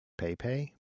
PayPay